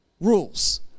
rules